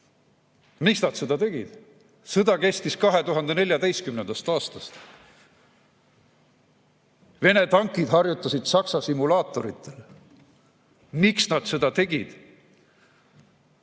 Miks nad seda tegid? Sõda kestis 2014. aastast. Vene tankid harjutasid Saksa simulaatoritega. Miks nad seda tegid?